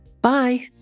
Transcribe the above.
Bye